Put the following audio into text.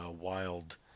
wild